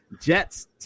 Jets